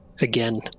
again